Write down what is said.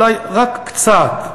אולי רק קצת,